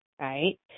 Right